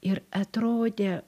ir atrodė